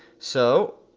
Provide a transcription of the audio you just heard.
so